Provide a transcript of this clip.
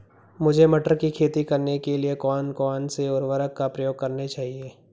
मुझे मटर की खेती करने के लिए कौन कौन से उर्वरक का प्रयोग करने चाहिए?